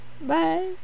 Bye